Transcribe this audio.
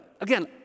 Again